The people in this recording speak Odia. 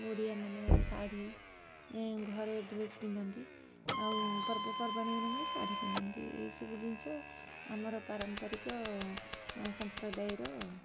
ଓଡ଼ିଆମାନେ ଶାଢ଼ୀ ଘରେ ଡ୍ରେସ୍ ପିନ୍ଧନ୍ତି ଆଉ ପର୍ବପର୍ବାଣି ମାନଙ୍କରେ ଶାଢ଼ୀ ପିନ୍ଧନ୍ତି ଏସବୁ ଜିନିଷ ଆମର ପାରମ୍ପରିକ ସମ୍ପ୍ରଦାୟର